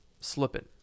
slipping